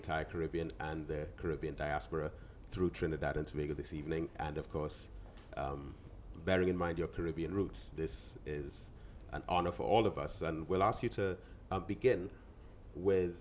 entire caribbean and caribbean diaspora through trinidad and tobago this evening and of course bearing in mind your caribbean roots this is an honor for all of us and we'll ask you to begin with